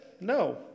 No